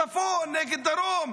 צפון נגד דרום,